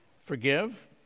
Forgive